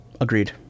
agreed